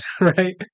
right